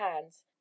hands